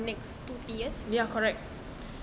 next two three years